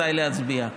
מתי להצביע.